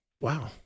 wow